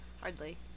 Hardly